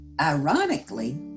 ironically